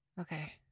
Okay